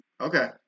okay